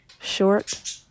short